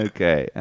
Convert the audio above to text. Okay